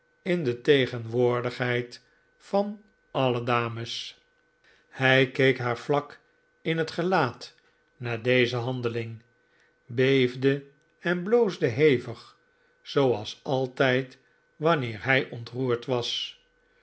in de tegenwoordigheid van alle dames hij keek haar vlak in het gelaat na deze handeling beefde en bloosde hevig zooals altijd wanneer hij ontroerd was